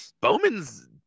Bowman's